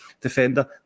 defender